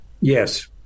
Yes